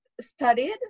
studied